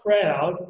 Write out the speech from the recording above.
crowd